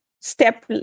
step